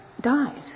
dies